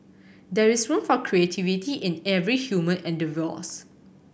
there is room for creativity in every human endeavours